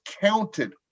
counted